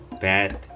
bad